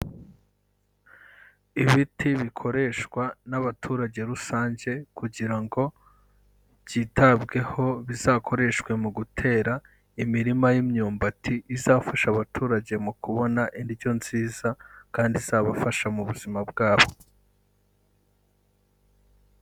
Ibiti bikoreshwa n'abaturage rusange kugira ngo byitabweho, bizakoreshwe mu gutera imirima y'imyumbati izafasha abaturage mu kubona indyo nziza kandi izabafasha mu buzima bwabo.